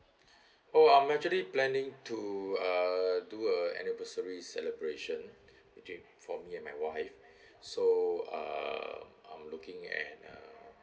oh I'm actually planning to uh do a anniversary celebration between for me and my wife so um I'm looking at uh